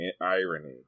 irony